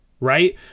right